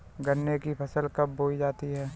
गन्ने की फसल कब बोई जाती है?